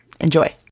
Enjoy